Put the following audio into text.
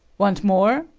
want more?